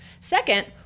Second